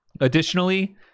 Additionally